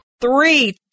Three